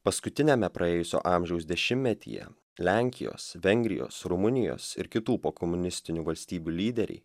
paskutiniame praėjusio amžiaus dešimtmetyje lenkijos vengrijos rumunijos ir kitų pokomunistinių valstybių lyderiai